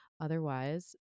Otherwise